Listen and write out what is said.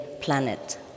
planet